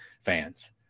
fans